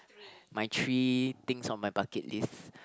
my three things on my bucket list